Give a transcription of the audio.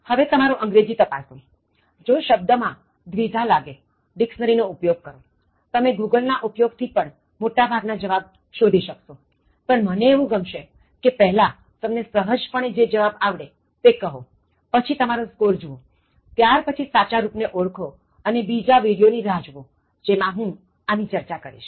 હવેતમારું અંગ્રેજી તપાસોજો શબ્દ માં દ્વિધા લાગે તો ડિક્ષનેરી નો ઉપયોગ કરોતમે ગૂગલ ના ઉપયોગ થી પણ મોટા ભાગ ના જવાબ શોધી શકશોપણ મને એવું ગમશે કે પહેલા તમને સહજ પણે જે જવાબ આવડે તે કહો પછી તમારો સ્કોર જુવો અને ત્યાર પછી સાચા રુપ ને ઓળખો અને બીજા વિડિયો ની રાહ જુવો જેમાં હું આની ચર્ચા કરીશ